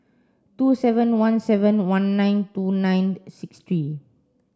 two seven one seven one nine two nine six three